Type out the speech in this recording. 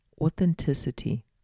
authenticity